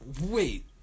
Wait